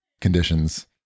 conditions